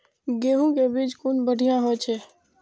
गैहू कै बीज कुन बढ़िया होय छै?